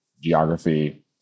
geography